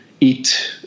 eat